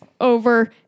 over